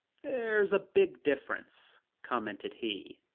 there's a big difference, commented he,